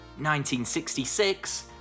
1966